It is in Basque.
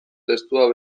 testua